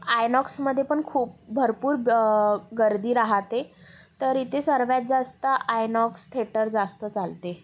आयनॉक्समध्ये पण खूप भरपूर ग गर्दी राहते तर इथे सर्वात जास्त आयनॉक्स थिएटर जास्त चालते